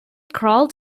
crawled